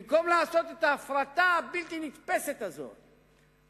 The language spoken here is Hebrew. במקום לעשות את ההפרטה הבלתי נתפסת הזאת,